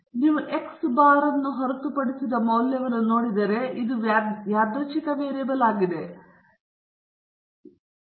ಮತ್ತು ನೀವು x ಬಾರ್ನ ಹೊರತುಪಡಿಸಿದ ಮೌಲ್ಯವನ್ನು ನೋಡಿದರೆ ಇದು ಯಾದೃಚ್ಛಿಕ ವೇರಿಯೇಬಲ್ ಆಗಿದೆ ಇದು x ಬಾರ್ನ ಇ ಸಹ ಮೌ ಗೆ ಸಮನಾಗಿರುವ ಸ್ಲೈಡ್ನಲ್ಲಿ ನೀಡಲಾಗಿದೆ ಎಂದು ತೋರಿಸಬಹುದು